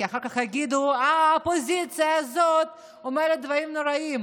כי אחר כך יגידו שהאופוזיציה הזאת אומרת דברים נוראיים